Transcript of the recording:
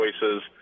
choices